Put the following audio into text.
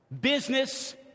business